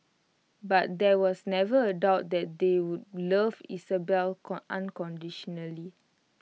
but there was never A doubt that they would love Isabelle unconditionally